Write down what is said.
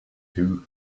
two